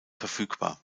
verfügbar